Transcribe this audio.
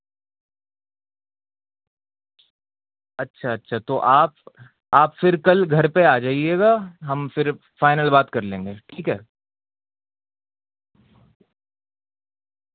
اچھا اچھا تو آپ آپ پھر کل گھر پہ آ جائیے گا ہم پھر فائنل بات کر لیں گے ٹھیک ہے